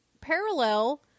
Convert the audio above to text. parallel